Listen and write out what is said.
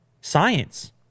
Science